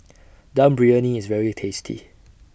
Dum Briyani IS very tasty